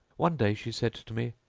one day she said to me,